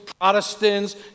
Protestants